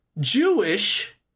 Jewish